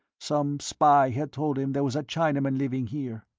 some spy had told him there was a chinaman living here.